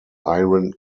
iron